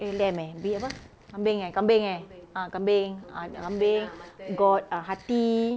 eh lamb eh bee~ apa kambing eh kambing eh ah kambing ah kambing got uh hati